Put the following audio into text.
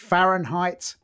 Fahrenheit